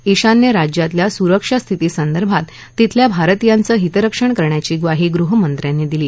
ईशान्य राज्यातल्या सुरक्षा स्थिती संदर्भात तिथल्या भारतीयांचं हितरक्षण करण्याची म्वाही गृहमंत्र्यांनी दिली